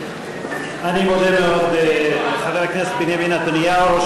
אני מודה מאוד לחבר הכנסת בנימין נתניהו,